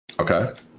Okay